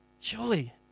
surely